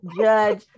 judge